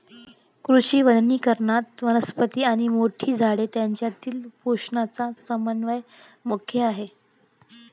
कृषी वनीकरणात, वनस्पती आणि मोठी झाडे यांच्यातील पोषणाचा समन्वय मुख्य आहे